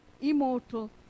immortal